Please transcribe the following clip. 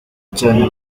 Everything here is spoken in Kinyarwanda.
cyane